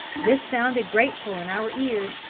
this sounded grateful in our ears,